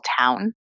town